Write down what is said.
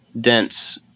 dense